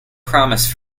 promise